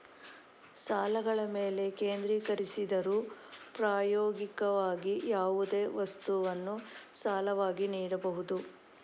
ಸಾಲಗಳ ಮೇಲೆ ಕೇಂದ್ರೀಕರಿಸಿದರೂ, ಪ್ರಾಯೋಗಿಕವಾಗಿ, ಯಾವುದೇ ವಸ್ತುವನ್ನು ಸಾಲವಾಗಿ ನೀಡಬಹುದು